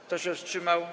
Kto się wstrzymał?